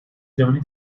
جهانی